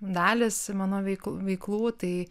dalys mano veikl veiklų tai